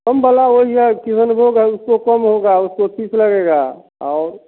कम वाला वही है किसनभोग है उसको कम होगा उसको तीस लगेगा और